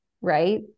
Right